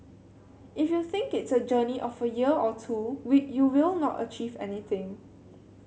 if you think it's a journey of a year or two we you will not achieve anything